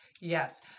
Yes